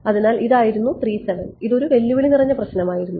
അതിനാൽ ഇതായിരുന്നു ഇതൊരു വെല്ലുവിളി നിറഞ്ഞ പ്രശ്നമായിരുന്നു